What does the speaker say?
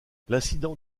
l’incident